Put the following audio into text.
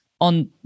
on